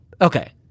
okay